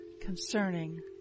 concerning